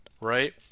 right